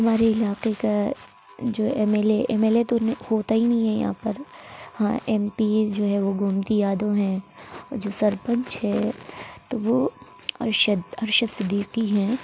ہمارے علاقے کا جو M L A M L A تو ہوتا ہی نہیں ہے یہاں پر ہاں ایم پی جو ہے وہ گومتی یادو ہیں جو سرپنچ ہے تو وہ ارشد ارشد صدیقی ہیں